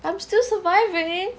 I'm still surviving